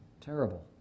Terrible